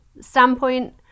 standpoint